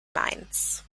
mines